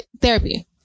therapy